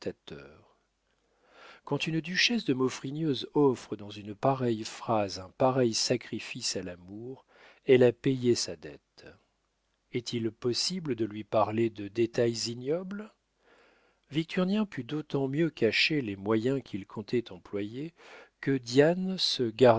quand une duchesse de maufrigneuse offre dans une pareille phrase un pareil sacrifice à l'amour elle a payé sa dette est-il possible de lui parler de détails ignobles victurnien put d'autant mieux cacher les moyens qu'il comptait employer que diane